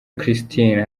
christine